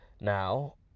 Now